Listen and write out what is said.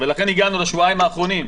ולכן הגענו לשבועיים האחרונים.